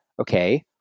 okay